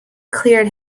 cleared